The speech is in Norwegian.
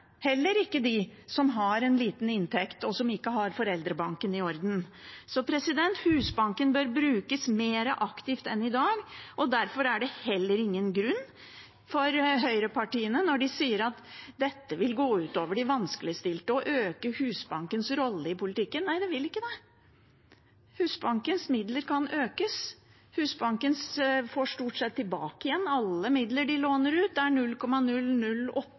heller ikke til dem som har en liten inntekt, og som ikke har foreldrebanken i orden. Så Husbanken bør brukes mer aktivt enn i dag, og derfor er det heller ingen grunn for høyrepartiene til å si at dette vil gå ut over de vanskeligstilte og øke Husbankens rolle i politikken. Nei, det vil ikke det. Husbankens midler kan økes – Husbanken får stort sett tilbake igjen alle midler de låner ut; det er